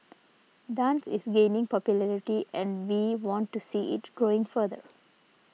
dance is gaining popularity and we want to see it growing further